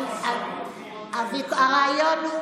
הוויכוח הוא,